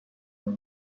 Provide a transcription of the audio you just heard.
نور